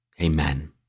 Amen